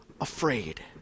afraid